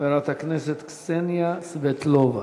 חברת הכנסת קסניה סבטלובה.